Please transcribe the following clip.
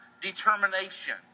determination